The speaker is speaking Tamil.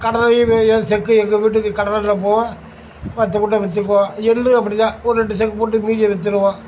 கடலையும் இது ஏன் செக்கு எங்கள் வீட்டுக்கு கடலெண்ணெய் போக பத்து மூட்டை விற்றுப்போம் எள்ளும் அப்படி தான் ஒரு ரெண்டு செக்கு போட்டு மீதியை வித்துடுவோம்